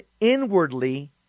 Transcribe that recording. inwardly